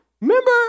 remember